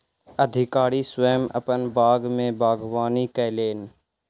अधिकारी स्वयं अपन बाग में बागवानी कयलैन